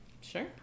Sure